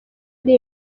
ari